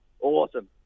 Awesome